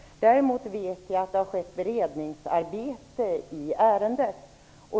Däremot vet jag att det har skett ett beredningsarbete i ärendet.